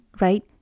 right